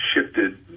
shifted